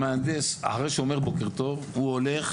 המהנדס, אחרי שאומר בוקר טוב, הוא הולך